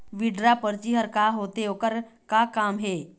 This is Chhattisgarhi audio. विड्रॉ परची हर का होते, ओकर का काम हे?